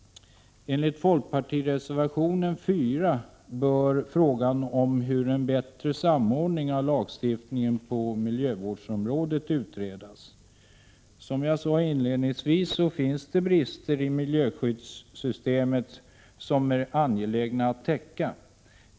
Enligt folkpartireservationen 4 bör frågan om en bättre samordning av lagstiftningen på miljövårdsområdet utredas. Som jag sade inledningsvis finns det brister i miljöskyddssystemet som det är angeläget att täcka.